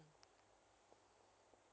mm